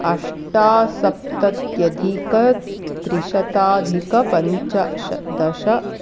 अष्टसप्त्यधिकत्रिशताधिकपञ्चदश